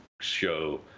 show